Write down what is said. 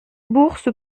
bourse